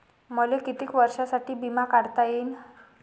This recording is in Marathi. मले कितीक वर्षासाठी बिमा काढता येईन?